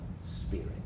spirit